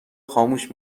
خاموش